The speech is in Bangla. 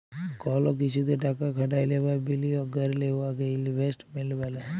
কল কিছুতে টাকা খাটাইলে বা বিলিয়গ ক্যইরলে উয়াকে ইলভেস্টমেল্ট ব্যলে